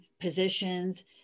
positions